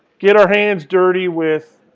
get our hands dirty with